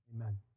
Amen